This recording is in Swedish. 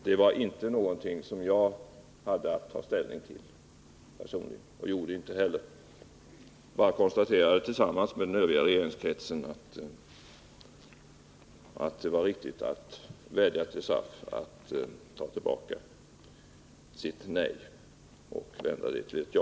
Det var inte någonting som jag hade att ta ställning till personligen, och jag gjorde det inte heller. Jag bara konstaterade, tillsammans med den övriga regeringskretsen, att det var riktigt att vädja till SAF att ta tillbaka sitt nej och vända det till ett ja.